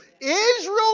Israel